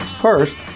First